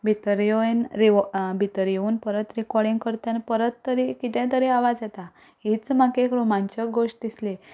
भितर येवन भितर येवन परत रिकोर्डिंग करतना परत तरी कितें तरी आवाज येता हीच म्हाका एक रोमांचक गोश्ट दिसली